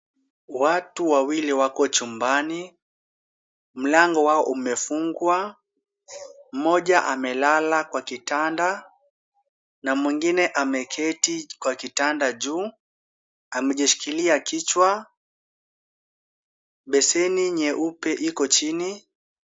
Watu wawili wako chumbani. Mlango wao umefungwa. Mmoja amelala kwa kitanda, na mwingine ameketi kwa kitanda juu, amejishikilia kichwa. Besheni nyeupe iko chini.